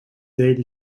daily